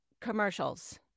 commercials